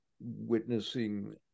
witnessing